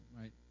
right